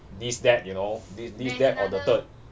this that you know this that or the third